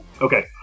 Okay